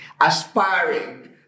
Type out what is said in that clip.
aspiring